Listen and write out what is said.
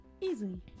Easy